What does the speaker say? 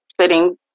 sitting